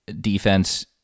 defense